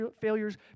failures